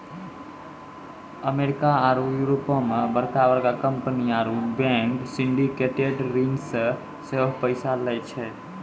America आरु यूरोपो मे बड़का बड़का कंपनी आरु बैंक सिंडिकेटेड ऋण से सेहो पैसा लै छै